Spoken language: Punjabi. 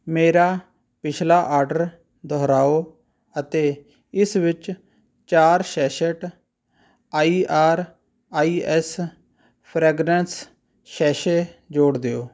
ਮੇਰਾ ਪਿਛਲਾ ਆਰਡਰ ਦੁਹਰਾਓ ਅਤੇ ਇਸ ਵਿੱਚ ਚਾਰ sachet I R I S fragrance sachet ਜੋੜ ਦਿਓ